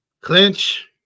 clinch